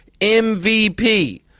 MVP